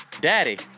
Daddy